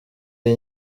y’i